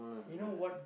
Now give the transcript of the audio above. you know what